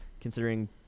Considering